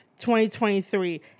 2023